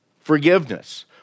Forgiveness